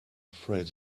afraid